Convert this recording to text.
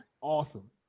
awesome